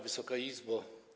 Wysoka Izbo!